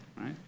right